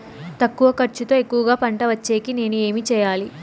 తక్కువ ఖర్చుతో ఎక్కువగా పంట వచ్చేకి నేను ఏమి చేయాలి?